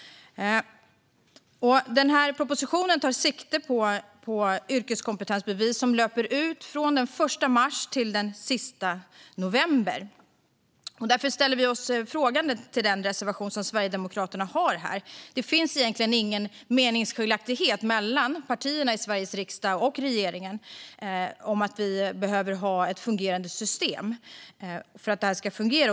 Propositionen tar sikte på yrkeskompetensbevis som löper ut mellan den 1 mars och den 30 november. Därför ställer vi oss frågande till Sverigedemokraternas reservation. Det finns egentligen ingen meningsskiljaktighet mellan partierna i Sveriges riksdag och regeringen om att vi behöver ha ett fungerande system för att det här ska fungera.